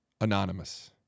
anonymous